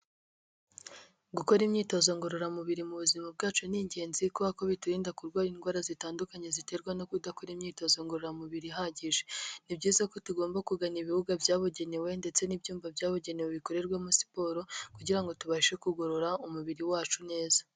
Gukora imyitozo ngorora mubiri mu buzima bwacu ni ingenzi kubea ko biturinda kurwara indwara zitandukanye ziterwa no kudakora imyitozo ngororamubiri ihagije, ni byiza ko tugomba kugana ibibuga byabugenewe ndetse n'ibyumba byabugenewe bikorerwamo siporo, kugira ngo tubashe kugorora umubiri wacu neza.